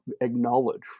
acknowledge